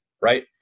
right